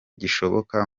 gishoboka